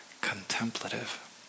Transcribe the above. contemplative